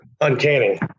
uncanny